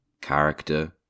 character